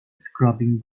scrubbing